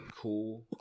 cool